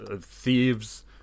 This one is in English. thieves